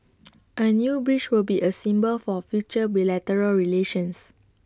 A new bridge would be A symbol for future bilateral relations